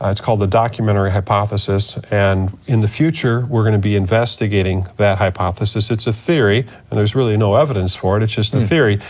ah it's called the documentary hypothesis, and in the future we're gonna be investigating that hypothesis, it's a theory and there's really no evidence for it, it's just a theory,